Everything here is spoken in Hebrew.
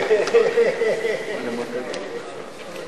(תיקון, מלווה מחמת מחלה או מום),